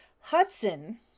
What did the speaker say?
Hudson